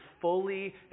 fully